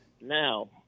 now